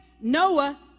Noah